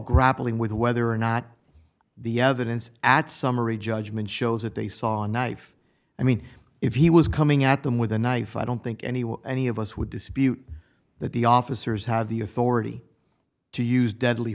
grappling with whether or not the evidence at summary judgment shows that they saw a knife i mean if he was coming at them with a knife i don't think anyone any of us would dispute that the officers had the authority to use deadly